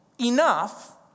enough